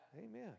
Amen